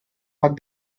what